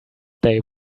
day